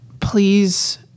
please